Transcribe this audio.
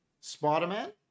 Spider-Man